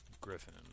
Griffin